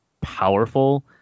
powerful